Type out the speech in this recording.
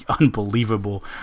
unbelievable